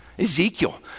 Ezekiel